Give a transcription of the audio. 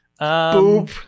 Boop